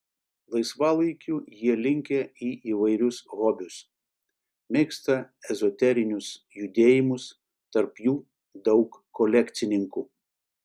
laisvalaikiu jie linkę į įvairius hobius mėgsta ezoterinius judėjimus tarp jų daug kolekcininkų